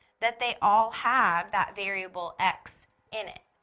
that they all have that variable x in it.